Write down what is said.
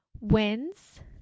wins